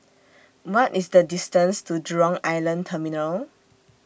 What IS The distance to Jurong Island Terminal